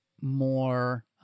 more